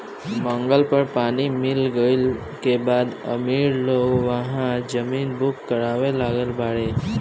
मंगल पर पानी मिल गईला के बाद अमीर लोग उहा जमीन बुक करावे लागल बाड़े